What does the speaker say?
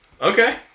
Okay